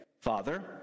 Father